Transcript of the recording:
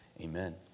Amen